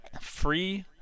Free